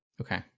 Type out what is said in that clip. Okay